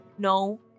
No